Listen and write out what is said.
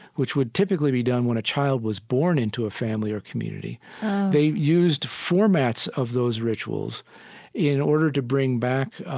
which would typically be done when a child was born into a family or community oh they used formats of those rituals in order to bring back